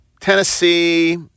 Tennessee